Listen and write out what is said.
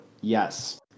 Yes